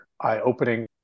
eye-opening